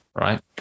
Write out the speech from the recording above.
right